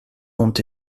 ont